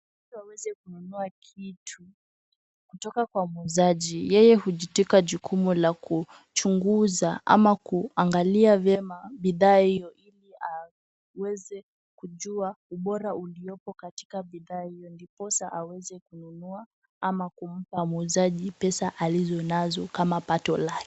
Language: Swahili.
Ili aweze kununua kitu kutoka kwa muuzaji .Yeye hujitwika jukumu ya kuchunguza ama kuangalia vyema bidhaa hiyo ili aweze kujua ubora uliopo katika bidhaa hiyo ndiposa aweze kununua ama kumpa muuzaji pesa alizo nazo kama pato lake.